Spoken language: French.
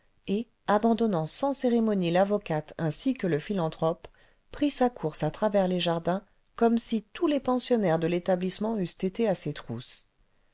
et abandonnant sans cérémonie l'avocate ainsi que le philanthrope prit sa course à travers les jardins comme si tous les pensionnaires de l'établissement eussent été à ses trousses